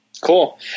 cool